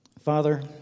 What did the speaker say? Father